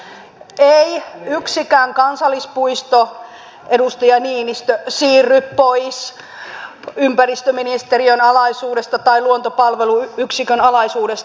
ei yksikään kansallispuisto edustaja niinistö siirry pois ympäristöministeriön alaisuudesta tai luontopalvelut yksikön alaisuudesta